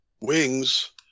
wings